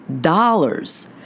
dollars